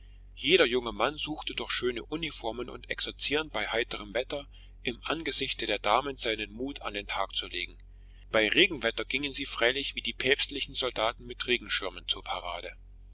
jeder junge mann suchte durch schöne uniformen und exerzieren bei heiterem wetter im angesichte der damen seinen mut an den tag zu legen bei regenwetter gingen sie freilich wie die päpstlichen soldaten mit regenschirmen zur parade